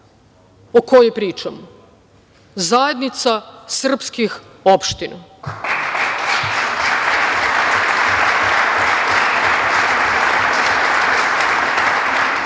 o kojoj pričam - zajednica srpskih opština.